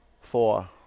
four